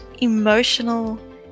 emotional